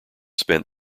spent